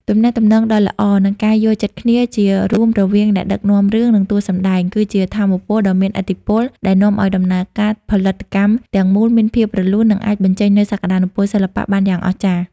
ទំនាក់ទំនងដ៏ល្អ និងការយល់ចិត្តគ្នាជារួមរវាងអ្នកដឹកនាំរឿង និងតួសម្ដែង គឺជាថាមពលដ៏មានឥទ្ធិពលដែលនាំឱ្យដំណើរការផលិតកម្មទាំងមូលមានភាពរលូន និងអាចបញ្ចេញនូវសក្ដានុពលសិល្បៈបានយ៉ាងអស្ចារ្យ។